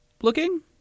looking